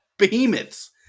behemoths